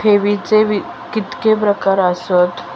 ठेवीचे कितके प्रकार आसत?